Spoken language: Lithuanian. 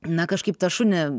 na kažkaip tą šunį